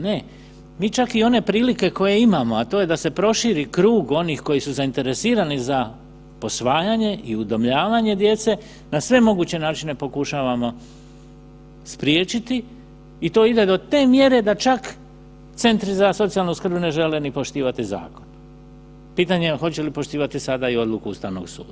Ne, mi čak i one prilike koje imamo, a to je da se proširi krug onih koji su zainteresirani za posvajanje i udomljavanje djece na sve moguće načine pokušavamo spriječiti i to ide do te mjere da čak centri za socijalnu skrb ne žele ni poštivati zakon, pitanje hoće li sada poštivati i odluku Ustavnog suda.